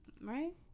Right